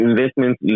investment